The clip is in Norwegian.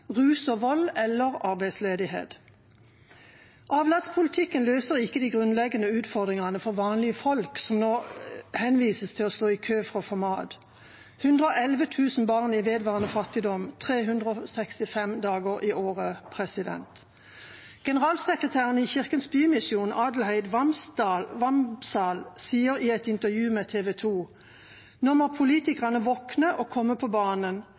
rus og vold. Avlatspolitikken løser ikke de grunnleggende utfordringene for vanlige folk som nå henvises til å stå i kø for å få mat – 111 000 barn i vedvarende fattigdom, 365 dager i året. Generalsekretæren i Kirkens Bymisjon, Adelheid Hvambsal, sier i et intervju med TV 2 at nå må politikerne våkne og komme på banen.